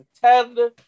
ten